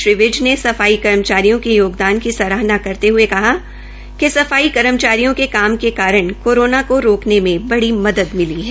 श्री विज ने सफाई कर्मचारियों के योगदान की सराहना करते हृये कहा कि सफाई कर्मचारियों के काम के कारण कोरोणा को रोकने में बड़ी मदद मिली है